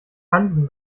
hansen